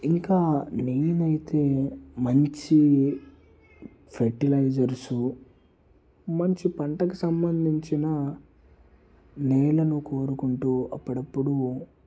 ఇంకా నేనైతే మంచి ఫర్టిలైజర్సు మంచి పంటకు సంబంధించిన నేలను కోరుకుంటు అప్పుడప్పుడు